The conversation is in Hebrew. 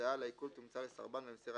הודעה על העיקול תומצא לסרבן במסירה